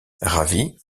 ravi